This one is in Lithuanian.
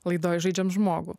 laidoj žaidžiam žmogų